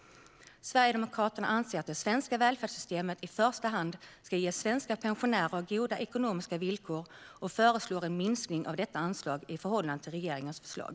Sverigedemokraterna anser att de svenska välfärdssystemen i första hand ska ge svenska pensionärer goda ekonomiska villkor och föreslår en minskning av detta anslag i förhållande till regeringens förslag.